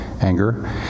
anger